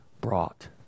brought